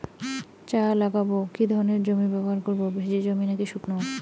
চা লাগাবো কি ধরনের জমি ব্যবহার করব ভিজে জমি নাকি শুকনো?